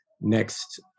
next